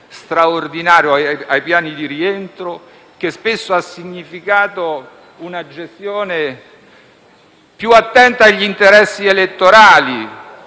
straordinario ai piani di rientro, che spesso ha significato una gestione più attenta agli interessi elettorali